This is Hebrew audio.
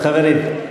טוב, חברים.